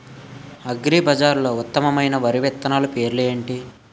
అగ్రిబజార్లో ఉత్తమమైన వరి విత్తనాలు పేర్లు ఏంటి?